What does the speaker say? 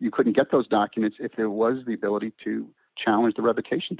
you couldn't get those documents if there was the ability to challenge the revocation